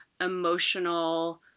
emotional